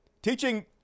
Teaching